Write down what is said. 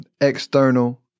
external